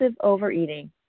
overeating